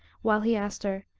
while he asked her,